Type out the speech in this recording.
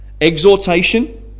exhortation